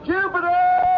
Jupiter